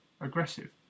aggressive